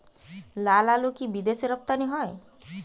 লালআলু কি বিদেশে রপ্তানি হয়?